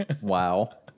Wow